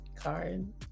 card